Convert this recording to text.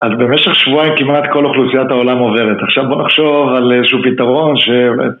אז במשך שבועיים כמעט כל אוכלוסיית העולם עוברת. עכשיו בוא נחשוב על איזשהו פיתרון ש...